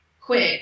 quit